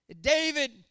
David